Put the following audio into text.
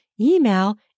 email